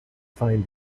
find